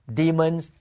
demons